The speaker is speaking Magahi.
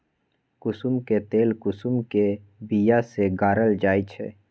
कुशुम के तेल कुशुम के बिया से गारल जाइ छइ